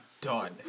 Done